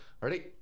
Ready